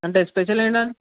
అంటే స్పెషల్ ఏంటి